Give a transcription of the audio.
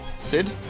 Sid